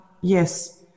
Yes